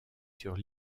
sur